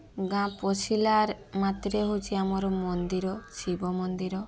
ଗାଁ ପଶିଲାର୍ ମାତ୍ରେ ହଉଛି ଆମର ମନ୍ଦିର ଶିବ ମନ୍ଦିର